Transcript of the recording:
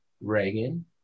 Reagan